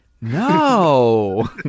No